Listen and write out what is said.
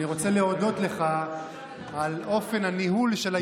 אני רוצה להודות לך על אופן הניהול של הישיבה.